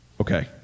Okay